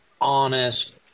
honest